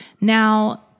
Now